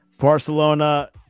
Barcelona